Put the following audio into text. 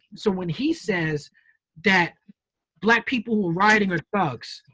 so when he says that black people who are rioting are thugs,